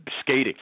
skating